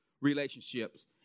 relationships